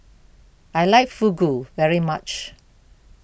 I like Fugu very much